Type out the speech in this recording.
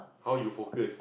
how you focus